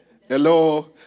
hello